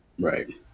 Right